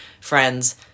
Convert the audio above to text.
friends